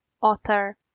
author